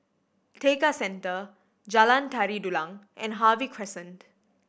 Tekka Centre Jalan Tari Dulang and Harvey Crescent